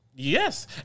Yes